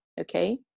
okay